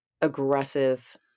aggressive